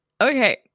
Okay